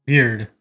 Weird